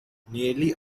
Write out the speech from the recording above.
nearly